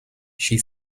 she